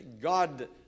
God